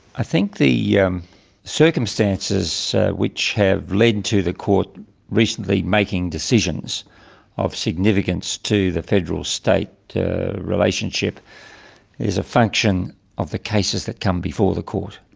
i think the yeah um circumstances which have led and to the court recently making decisions of significance to the federal state relationship is a function of the cases that come before the court,